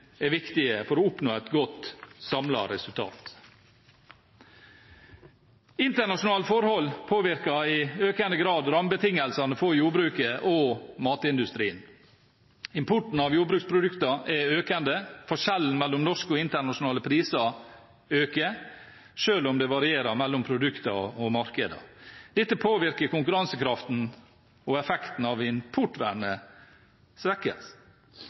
er viktige for å oppnå et godt samlet resultat. Internasjonale forhold påvirker i økende grad rammebetingelsene for jordbruket og matindustrien. Importen av jordbruksprodukter er økende. Forskjellen mellom norske og internasjonale priser øker, selv om det varierer mellom produkter og markeder. Dette påvirker konkurransekraften, og effekten av importvernet svekkes.